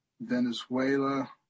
Venezuela